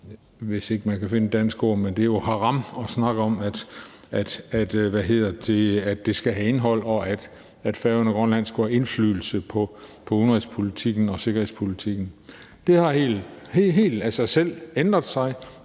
hvis ikke man kan finde et dansk ord – haram at snakke om, at det skal have indhold, og at Færøerne og Grønland skulle have indflydelse på udenrigspolitikken og sikkerhedspolitikken. Det har ændret sig helt af sig